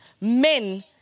men